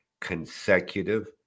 consecutive